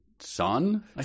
son